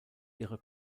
ihre